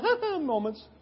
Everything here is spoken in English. moments